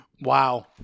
wow